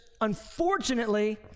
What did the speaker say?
unfortunately